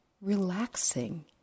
relaxing